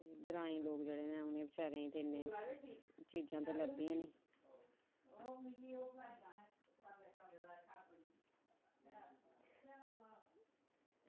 ते ग्रांऐं दे जेह्ड़े बचारे लोग न उ'नें गी ते इन्नियां चीजां ते लभदियां नेईं